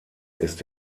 ist